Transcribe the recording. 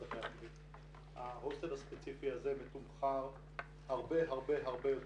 ההוסטל הספציפי הזה מתומחר הרבה הרבה יותר